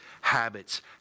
habits